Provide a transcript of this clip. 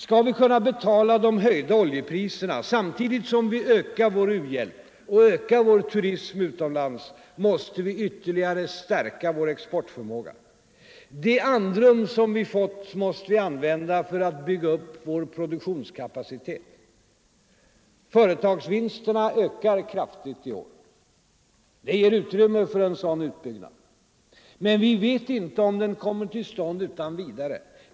Skall vi kunna betala de höjda oljepriserna samtidigt som vi ökar vår u-hjälp och ökar vår turism utomlands, måste vi ytterligare stärka vår exportförmåga. Det andrum som vi fått måste vi använda för att bygga upp vår produktionskapacitet. Företagsvinsterna ökar kraftigt i år. Det ger utrymme för en sådan utbyggnad. Men vi vet inte om den kommer till stånd utan vidare.